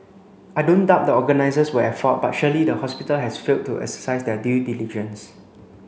I don't doubt the organisers were at fault but surely the hospital has failed to exercise their due diligence